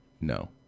No